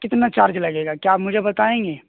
کتنا چارج لگے گا کیا آپ مجھے بتائیں گے